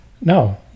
No